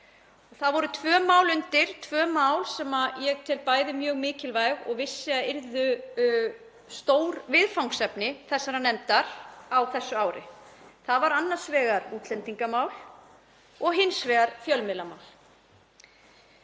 Þar voru undir tvö mál sem ég tel bæði mjög mikilvæg og vissi að yrðu stór viðfangsefni þessarar nefndar á þessu ári. Það voru annars vegar útlendingamál og hins vegar fjölmiðlamál.